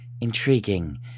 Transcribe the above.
intriguing